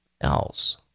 else